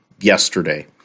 yesterday